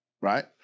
right